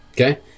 okay